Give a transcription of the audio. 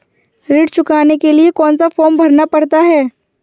ऋण चुकाने के लिए कौन सा फॉर्म भरना पड़ता है?